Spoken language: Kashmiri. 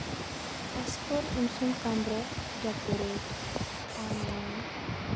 اَسہِ کوٚر أمۍ سُنٛد کَمرٕ ڈٮ۪کُریٹ پانہٕ ؤنۍ